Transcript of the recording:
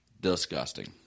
Disgusting